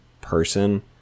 person